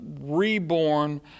reborn